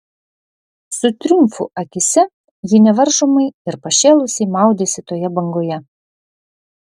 su triumfu akyse ji nevaržomai ir pašėlusiai maudėsi toje bangoje